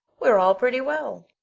we're all pretty well,